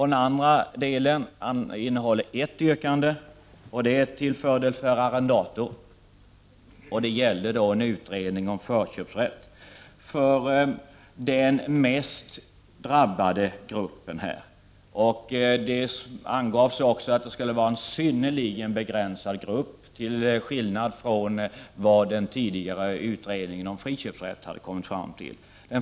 Den andra delen innehåller ett yrkande som är till fördel för arrendatorn. Det gäller ett yrkande om en utredning om förköpsrätt för den mest drabbade gruppen. Det angavs också att det skulle röra sig om en synnerligen begränsad grupp, till skillnad från vad den tidigare utredningen om friköpsrätt har kommit fram till.